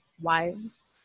wives